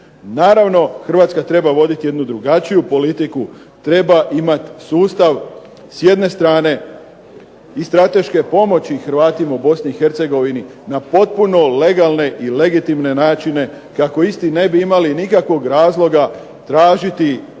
Naravno Hrvatska treba voditi jednu drugačiju politiku, treba imati sustav s jedne strane i strateške pomoći Hrvatima u Bosni i Hercegovini na potpuno legalne i legitimne načine, kako isti ne bi imali nikakvog razloga tražiti svoju